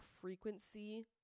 frequency